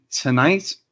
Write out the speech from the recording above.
tonight